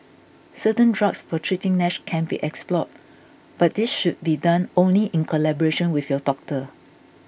certain drugs for treating Nash can be explored but this should be done only in collaboration with your doctor